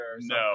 no